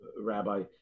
Rabbi